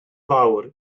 fawr